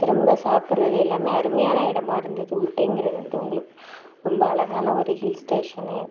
திரும்ப சாப்பிடுறது எல்லாமே அருமையான இடமாக இருந்தது ஊட்டிங்கிறது வந்து உங்களுக்கு ரொம்ப அழகான ஒரு ஹில்ஸ்டேஷன்னு